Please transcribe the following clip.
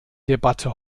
debatte